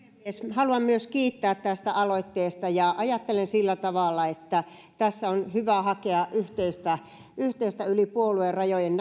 haluan kiittää tästä aloitteesta ajattelen sillä tavalla että on hyvä hakea yhteistä näkemystä yli puoluerajojen